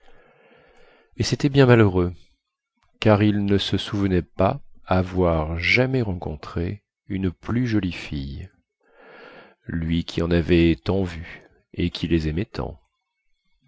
et cétait bien malheureux car il ne se souvenait pas avoir jamais rencontré une plus jolie fille lui qui en avait tant vu et qui les